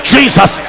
Jesus